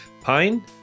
pine